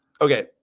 Okay